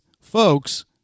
folks